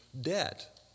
debt